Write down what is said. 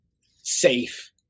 safe